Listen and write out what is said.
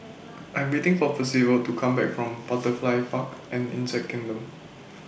I Am waiting For Percival to Come Back from Butterfly Park and Insect Kingdom